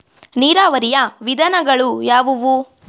ನೀರಾವರಿಯ ವಿಧಾನಗಳು ಯಾವುವು?